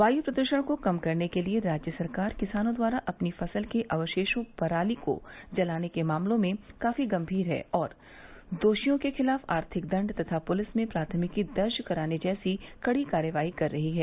वायु प्रदूषण को कम करने के लिये राज्य सरकार किसानों द्वारा अपनी फसल के अवशेषों पराली को जलाने के मामलो में काफी गंमीर है और दोषियों के खिलाफ आर्थिक दण्ड तथा पुलिस में प्राथमिकी दर्ज कराने जैसी कड़ी कार्रवाई कर रही है